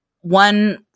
one